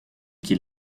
qu’il